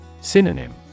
Synonym